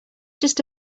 just